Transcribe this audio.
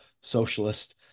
socialist